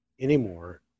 anymore